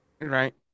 Right